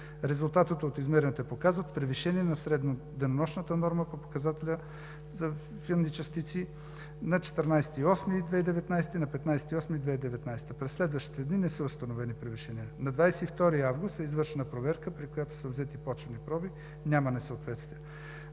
Резултатите от измерванията показват превишение на средноденонощната норма по показателя за фини частици на 14 и 15 август 2019 г. През следващите дни не са установени превишения. На 22 август е извършена проверка, при която са взети почвени проби – няма несъответствие.